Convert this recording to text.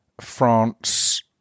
France